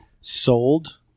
sold